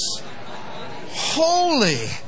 holy